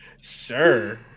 Sure